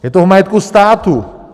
Je to v majetku státu!